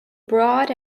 broad